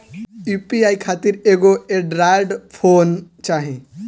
UPI खातिर एगो Android phone चाही